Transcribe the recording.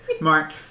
Mark